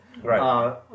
Right